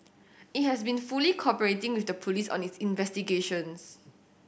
it has been fully cooperating with the police on its investigations